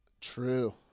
True